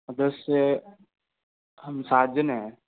दस से हम सात जने हैं